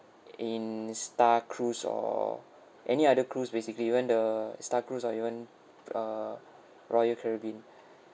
in star cruise or any other cruise basically even the star cruise or even err royal caribbean